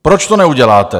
Proč to neuděláte?